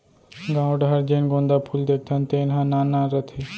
गॉंव डहर जेन गोंदा फूल देखथन तेन ह नान नान रथे